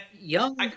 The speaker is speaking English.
young